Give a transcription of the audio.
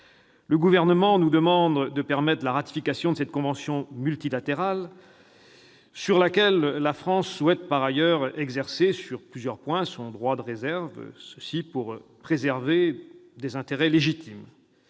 Le Gouvernement nous demande d'autoriser la ratification de cette convention multilatérale, sur laquelle la France souhaite, par ailleurs, exercer sur plusieurs points son droit de réserve afin de préserver ses intérêts légitimes.